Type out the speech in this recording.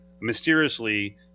mysteriously